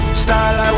style